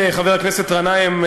חבר הכנסת גנאים,